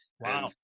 Wow